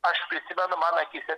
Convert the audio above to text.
aš prisimenu mano akyse